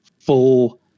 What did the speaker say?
Full